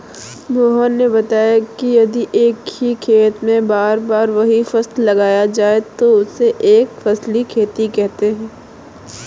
मोहन ने बताया कि यदि एक ही खेत में बार बार वही फसल लगाया जाता है तो उसे एक फसलीय खेती कहते हैं